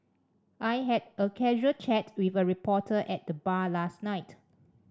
I had a casual chat with a reporter at the bar last night